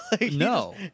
No